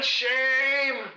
shame